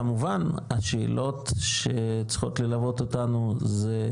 כמובן, השאלות שצריכות ללוות אותנו זה,